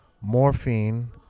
morphine